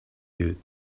you